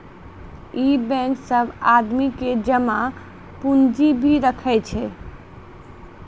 इ बेंक सब आदमी के जमा पुन्जी भी राखै छै